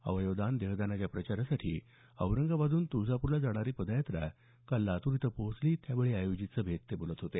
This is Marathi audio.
अवयव दान देहदानाच्या प्रचारासाठी औरंगाबादहून तुळजापूरला जाणारी पदयात्रा काल लातूर इथं पोहोचली त्यावेळी आयोजित सभेत ते बोलत होते